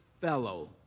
fellow